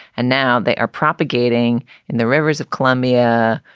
and now they are propagating in the rivers of columbia,